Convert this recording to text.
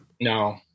No